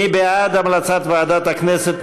מי בעד המלצת ועדת הכנסת?